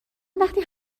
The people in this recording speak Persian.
وقتی